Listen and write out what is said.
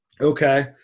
Okay